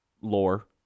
lore